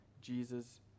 Jesus